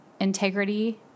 integrity